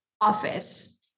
office